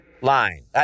line